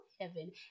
heaven